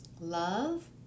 Love